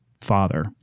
father